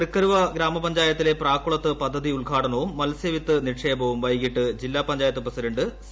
തൃക്കരുവ ഗ്രാമപഞ്ചായത്തിലെ പ്രാക്കുളത്ത് ഉദ്ഘാടനവും മത്സ്യവിത്ത് മ്യ്ക്ഷേപവും വൈകിട്ട് ജില്ലാ പഞ്ചായത്ത് പ്രസിഡന്റ് സി